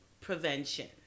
prevention